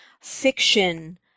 fiction